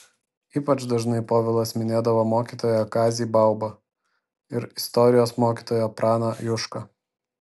ypač dažnai povilas minėdavo mokytoją kazį baubą ir istorijos mokytoją praną jušką